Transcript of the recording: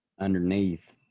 underneath